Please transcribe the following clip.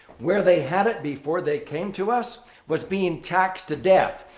where they had it before they came to us was being taxed to death.